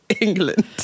England